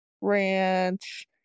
ranch